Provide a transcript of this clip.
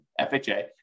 FHA